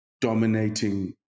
dominating